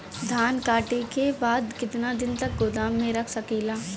धान कांटेके बाद कितना दिन तक गोदाम में रख सकीला?